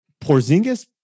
Porzingis